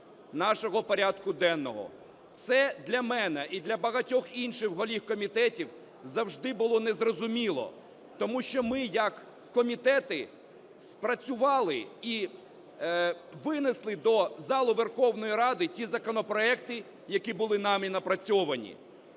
нашого порядку денного. Це для мене і для багатьох інших голів комітетів завжди було незрозуміло, тому що ми як комітети спрацювали і винесли до зали Верховної Ради ті законопроекти, які були нами напрацьовані.